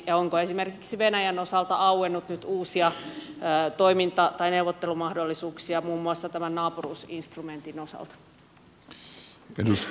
ja onko esimerkiksi venäjän osalta auennut nyt uusia toiminta tai neuvottelumahdollisuuksia muun muassa tämän naapuruusinstrumentin osalta